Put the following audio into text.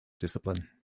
discipline